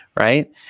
right